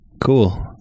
Cool